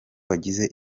wagize